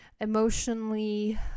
Emotionally